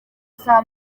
saa